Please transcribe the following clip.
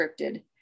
scripted